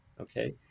Okay